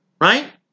right